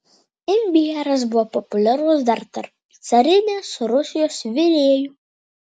imbieras buvo populiarus dar tarp carinės rusijos virėjų